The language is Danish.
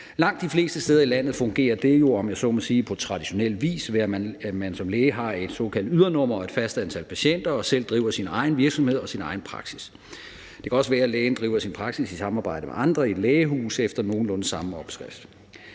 Langt de fleste steder i landet fungerer det jo, om jeg så må sige, på traditionel vis, ved at man som læge har et såkaldt ydernummer og et fast antal patienter og selv driver sin egen virksomhed og sin egen praksis. Det kan også være, at lægen driver sin praksis i samarbejde med andre i et lægehus efter nogenlunde samme opskrift.